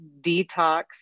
detox